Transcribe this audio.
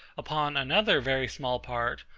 upon another very small part,